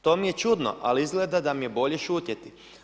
To mi je čudno, al izgleda da mi je bolje šutjeti.